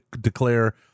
declare